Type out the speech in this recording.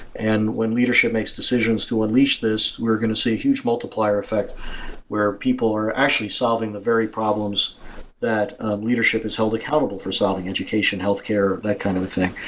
and when leadership makes decisions to unleash this, we're going to see a huge multiplier effect where people are actually solving the very problems that leadership is held accountable for solving education, healthcare, that kind of a thing.